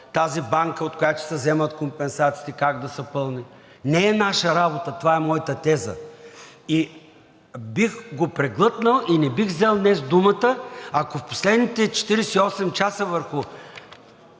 тази банка, от която ще се взема от компенсациите, как да се пълни. Не е наша работа, това е моята теза. И бих го преглътнал и не бих взел днес думата, ако в последните 48 часа върху